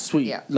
Sweet